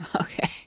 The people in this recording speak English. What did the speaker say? Okay